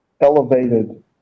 elevated